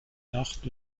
nacht